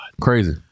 crazy